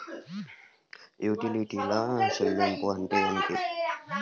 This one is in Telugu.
యుటిలిటీల చెల్లింపు అంటే ఏమిటి?